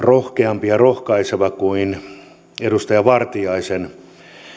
rohkeampi ja rohkaisevampi kuin edustaja vartiaisen